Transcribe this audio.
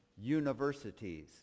universities